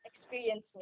experience